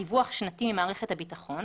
דיווח שנתי ממערכת הביטחון